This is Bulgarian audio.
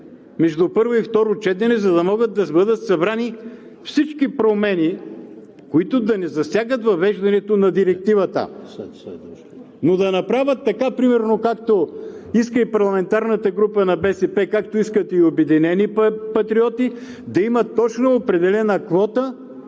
между първо и второ четене, за да могат да бъдат събрани всички промени, които да не засягат въвеждането на Директивата. Но да направят примерно така както иска и парламентарната група на БСП, както искат и „Обединени патриоти“, да има точно определена квота